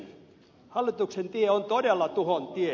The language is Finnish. hallituksen tie on todella tuhon tie